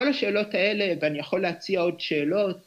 ‫כל השאלות האלה, ‫ואני יכול להציע עוד שאלות.